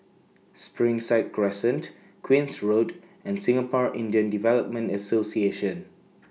Springside Crescent Queen's Road and Singapore Indian Development Association